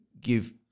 give